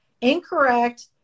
incorrect